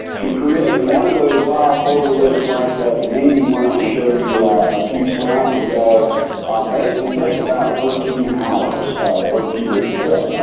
to create one of those file folder lists like that navy one i showed you a few slides ago basically takes about thirteen hours per cubic foot,